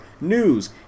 news